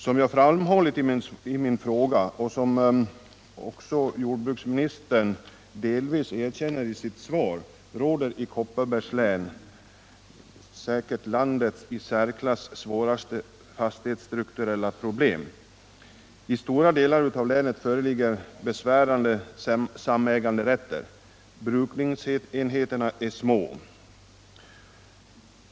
Som jag framhållit i min fråga och som också jordbruksministern delvis erkänner i sitt svar råder i Kopparbergs län säkert landets i särklass svåraste fastighetsstrukturella problem. I stora delar av länet föreligger besvärande samiäganderätter. Brukningsenheterna är små.